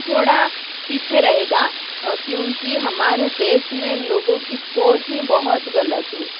थोड़ा पीछे रहेगा क्योंकि हमारे देश में लोगों की सोच ही बहुत गलत है